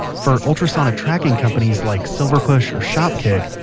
for ultrasonic tracking companies like silverpush or shopkick,